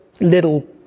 little